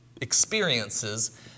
experiences